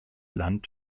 land